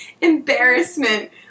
embarrassment